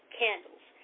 candles